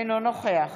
אינו נוכח